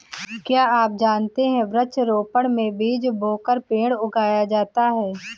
क्या आप जानते है वृक्ष रोपड़ में बीज बोकर पेड़ उगाया जाता है